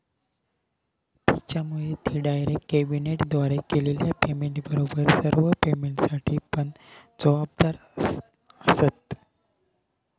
त्येच्यामुळे ते डायरेक्ट डेबिटद्वारे केलेल्या पेमेंटबरोबर सर्व पेमेंटसाठी पण जबाबदार आसंत